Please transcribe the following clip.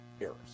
Errors